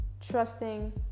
trusting